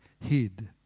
hid